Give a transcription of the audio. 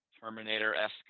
Terminator-esque